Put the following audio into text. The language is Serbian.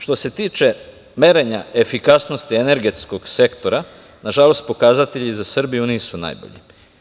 Što se tiče merenja efikasnosti energetskog sektora, nažalost pokazatelji za Srbiju nisu najbolji.